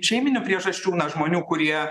šeiminių priežasčių na žmonių kurie